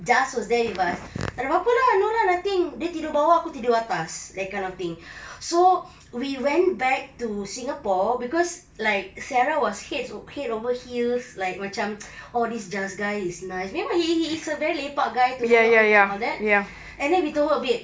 jas was there with us tak ada apa-apa lah no lah nothing dia tidur bawah aku tidur atas that kind of thing so we went back to singapore cause like sarah was heads head over heels like macam orh this jas guy is nice memang he he he is a very lepak guy to hang out and all that and then we told her babe